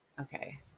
okay